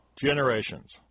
generations